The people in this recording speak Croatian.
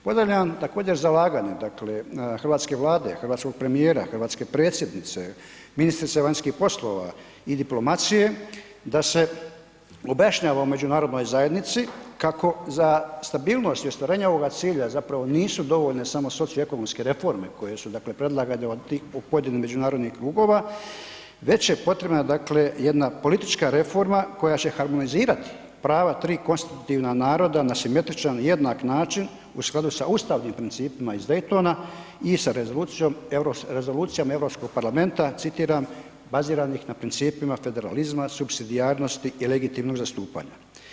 Ponavljam, također zalaganje, dakle, hrvatske Vlade, hrvatskog premijera, hrvatske predsjednice, ministrice vanjskih poslova i diplomacije, da se ... u međunarodnoj zajednici kako za stabilnosti i ostvarenje ovoga cilja zapravo nisu dovoljno samo socio-ekonomske reforme koje su dakle predlagane od tih pojedinih međunarodnih klubova, već je potrebno dakle jedna politička reforma koja će harmonizirati prava 3 konstitutivna naroda na simetričan, jednak način u skladu s ustavnim principima iz Daytona i sa Rezolucijom EU parlamenta, citiram, baziranih na principima federalizma, supsidijarnosti i legitimnog zastupanja.